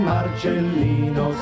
Marcellino